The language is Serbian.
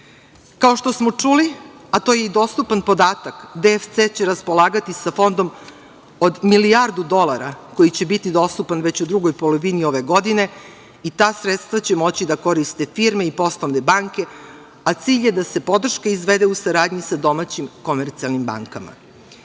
19.Kao što smo čuli, a to je i dostupan podatak, DFC će raspolagati sa fondom od milijardu dolara koji će biti dostupan već u drugoj polovini ove godine i ta sredstva će moći da koriste firme i poslovne banke, a cilj je da se podrška izvede u saradnji sa domaćim komercijalnim bankama. Ideja